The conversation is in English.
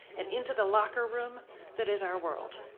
and into the locker room that is our world.